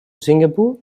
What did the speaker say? singapore